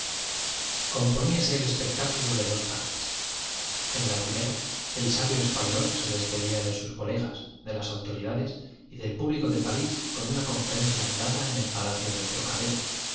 omponíase el espectáculo de dos partes en la primera el sabio español se despedía de sus colegas de las autoridades y del público de parís con una conferencia dada en el pa lacio del trocadero